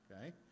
okay